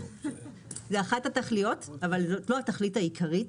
זאת אחת התכליות, אבל זאת לא התכלית העיקרית.